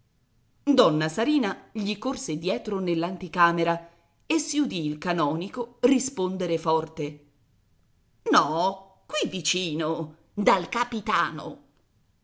donna sarina gli corse dietro nell'anticamera e si udì il canonico rispondere forte no qui vicino dal capitano